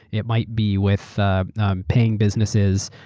it might be with ah um paying businesses,